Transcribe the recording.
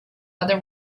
other